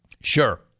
Sure